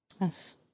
Yes